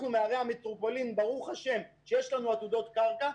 אנחנו מערי המטרופולין שיש להן עתודות קרקע,